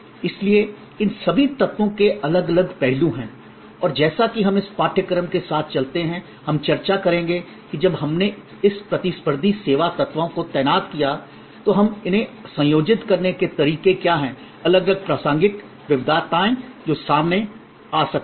इसलिए इन सभी तत्वों के अलग अलग पहलू हैं और जैसा कि हम इस पाठ्यक्रम के साथ चलते हैं हम चर्चा करेंगे कि जब हमने इस प्रतिस्पर्धी सेवा तत्वों को तैनात किया तो हम उन्हें संयोजित करने के तरीके क्या हैं अलग अलग प्रासंगिक विविधताएं जो सामने आ सकती हैं